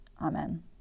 Amen